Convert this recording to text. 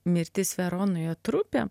mirtis veronoje trupė